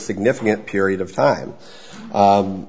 significant period of time